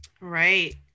right